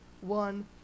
one